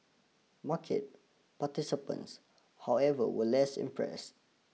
market participants however were less impressed